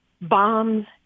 Bombs